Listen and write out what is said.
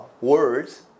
words